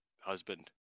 husband